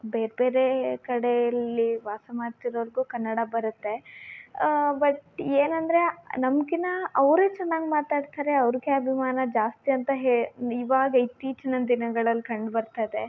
ಬೇರೆಬೇರೆ ಕಡೆಯಲ್ಲಿ ವಾಸ ಮಾಡ್ತಿರೋರಿಗು ಕನ್ನಡ ಬರುತ್ತೆ ಬಟ್ ಏನೆಂದ್ರೆ ನಮಕ್ಕಿನ್ನ ಅವರೆ ಚೆನ್ನಾಗಿ ಮಾತಾಡ್ತಾರೆ ಅವರಿಗೆ ಅಭಿಮಾನ ಜಾಸ್ತಿ ಅಂತ ಹೇ ಇವಾಗ ಇತ್ತೀಚಿನ ದಿನಗಳಲ್ಲಿ ಕಂಡು ಬರ್ತಾ ಇದೆ